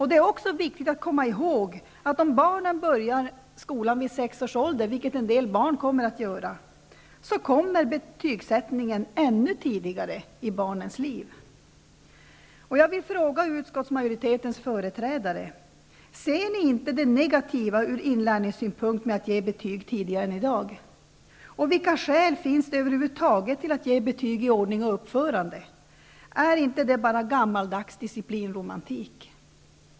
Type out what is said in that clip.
Det är också viktigt att komma ihåg att om barnen börjar skolan vid sex års ålder, vilket en del barn kommer att göra, kommer betygssättningen ännu tidigare i barnens liv. Jag vill fråga utskottsmajoritetens företrädare: Ser ni inte det negativa från inlärningssynpunkt med att betyg ges tidigare än som i dag sker? Och vilka skäl finns det över huvud taget för att ge betyg i ordning och uppförande? Är det inte bara fråga om gammaldags disciplinromantik?